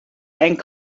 and